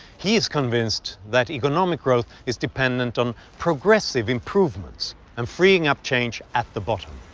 he is convinced that economic growth is dependent on progressive improvements and freeing up change at the bottom.